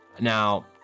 Now